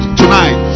tonight